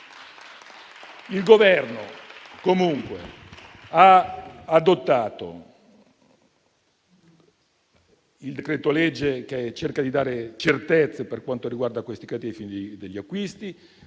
Il Governo comunque ha adottato il decreto-legge che cerca di dare certezze per quanto riguarda questi crediti ai fini degli acquisti.